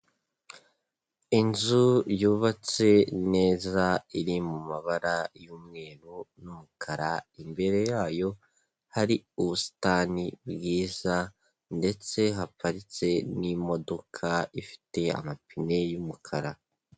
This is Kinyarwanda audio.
Inzu yubatse neza iri mu mabara y'umweru n'umukara, imbere yayo hari ubusitani bwiza ndetse haparitse n'imodoka ifite amapine y'umukara.